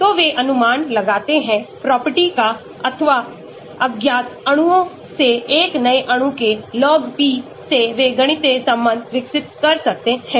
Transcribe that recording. तो वेअनुमान लगाते हैं प्रॉपर्टी का अथवा ज्ञात अणुओं से एक नए अणु के log P से वे गणितीय संबंध विकसित कर सकते हैं